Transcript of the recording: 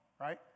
right